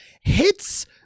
hits